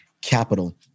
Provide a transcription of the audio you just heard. capital